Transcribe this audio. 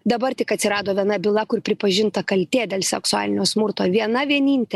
dabar tik atsirado viena byla kur pripažinta kaltė dėl seksualinio smurto viena vieninte